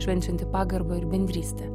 švenčianti pagarbą ir bendrystę